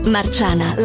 Marciana